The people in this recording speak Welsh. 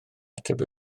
ateb